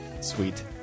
Sweet